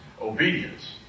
Obedience